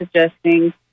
suggesting